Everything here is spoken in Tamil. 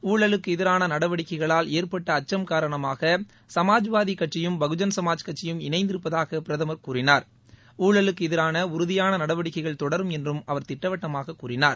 ஊழலுக்கு எதிரான நடவடிக்கைகளால் ஏற்பட்ட அச்சும் காரணமாக சமாஜ்வாதி கட்சியும் பகுஜன் சமாஜ் கட்சியும் இணைந்திருப்பதாக பிரதமர் கூறினார் ஊழலுக்கு எதிரான உறுதியான நடவடிக்கைகள் தொடரும் என்றும் அவர் திட்டவட்டமாகக் கூறினார்